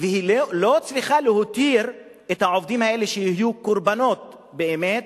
והיא לא צריכה להותיר את העובדים האלה שיהיו קורבנות באמת